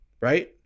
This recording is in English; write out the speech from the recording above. right